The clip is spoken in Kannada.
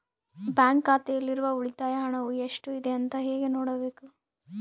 ಬ್ಯಾಂಕ್ ಖಾತೆಯಲ್ಲಿರುವ ಉಳಿತಾಯ ಹಣವು ಎಷ್ಟುಇದೆ ಅಂತ ಹೇಗೆ ನೋಡಬೇಕು?